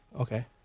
Okay